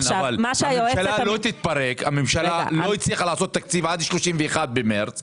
אבל הממשלה לא תתפרק והממשלה לא הצליחה לעשות תקציב עד ה-31 במרץ,